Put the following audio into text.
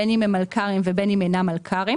בין אם הם מלכ"רים ובין אם אינם מלכ"רים,